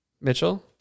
Mitchell